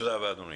תודה רבה, אדוני.